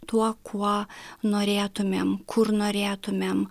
tuo kuo norėtumėm kur norėtumėm